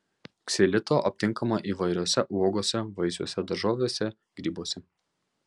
ksilito aptinkama įvairiose uogose vaisiuose daržovėse grybuose